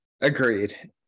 Agreed